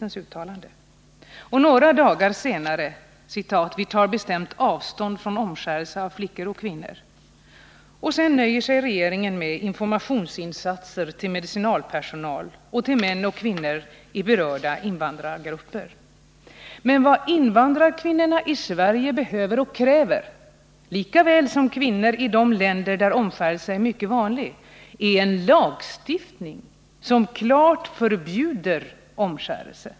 Några dagar senare kan det heta: ”Vi tar bestämt avstånd från omskärelse av flickor och kvinnor.” Regeringen nöjer sig sedan med informationsinsatser till medicinalpersonal och till män och kvinnor i berörda invandrargrupper. Vad invandrarkvinnorna i Sverige behöver och kräver, lika väl som kvinnorna i de länder där omskärelse är mycket vanlig, är ju en lagstiftning som klart förbjuder omskärelse.